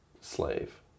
slave